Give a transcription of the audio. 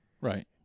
Right